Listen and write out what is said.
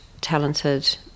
talented